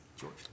George